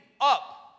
up